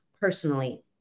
personally